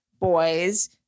boys